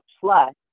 Plus